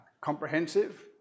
comprehensive